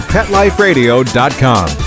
PetLifeRadio.com